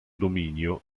dominio